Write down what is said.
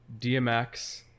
DMX